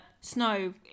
snow